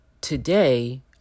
today